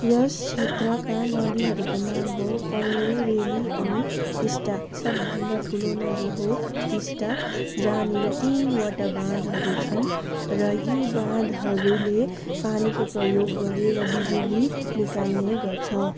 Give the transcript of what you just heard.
यस क्षेत्रका नदीहरूको नाम हो पैयुँ रेली अनि टिस्टा सबभन्दा ठुलो नदी हो टिस्टा जहाँनिर तिनवटा बाँधहरू छन् र यी बाँधहरूले पानीको प्रयोग गरेर बिजुली निकाल्ने गर्छ